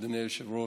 אדוני היושב-ראש,